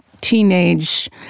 teenage